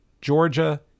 Georgia